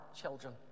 children